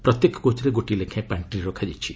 ପ୍ରତ୍ୟେକ କୋଚ୍ରେ ଗୋଟିଏ ଲେଖାଏଁ ପାଣ୍ଟ୍ରି ରଖାଯାଇଛି